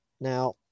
now